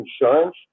insurance